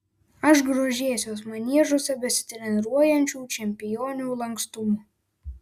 aš grožėsiuos maniežuose besitreniruojančių čempionių lankstumu